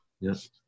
Yes